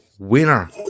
Winner